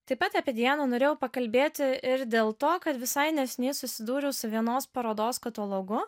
taip pat apie dianą norėjau pakalbėti ir dėl to kad visai neseniai susidūriau su vienos parodos katalogu